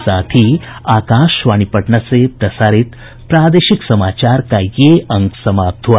इसके साथ ही आकाशवाणी पटना से प्रसारित प्रादेशिक समाचार का ये अंक समाप्त हुआ